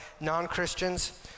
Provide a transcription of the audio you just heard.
non-Christians